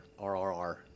RRR